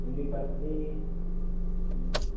એમની પત્ની હમ